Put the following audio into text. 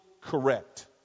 correct